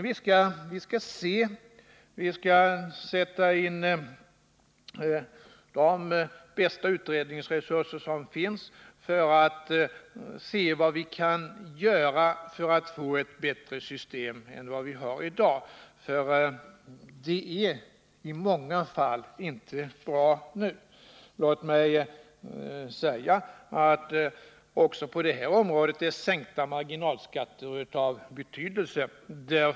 Vi skall sätta in de bästa utredningsresurser som finns för att se vad som kan göras för att vi skall få ett bättre system än det som vi har i dag, eftersom det i många fall inte är bra som det är nu. Låt mig betona att också på det här området är sänkta marginalskatter av betydelse.